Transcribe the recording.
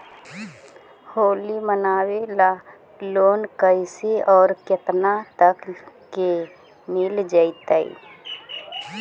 होली मनाबे ल लोन कैसे औ केतना तक के मिल जैतै?